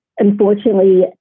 Unfortunately